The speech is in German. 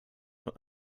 von